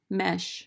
mesh